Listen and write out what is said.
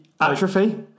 Atrophy